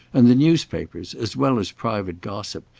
and the newspapers, as well as private gossip,